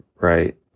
right